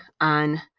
on